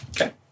Okay